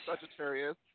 Sagittarius